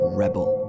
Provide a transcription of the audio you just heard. rebel